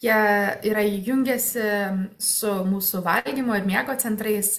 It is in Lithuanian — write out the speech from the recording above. jie yra jungiasi su mūsų valgymo miego centrais